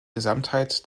gesamtheit